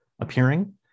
appearing